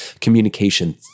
communication